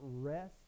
rest